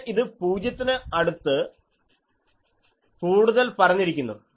അവിടെ ഇതു പൂജ്യത്തിന് അടുത്ത് കൂടുതൽ പരന്നിരിക്കുന്നു